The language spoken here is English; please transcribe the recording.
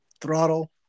throttle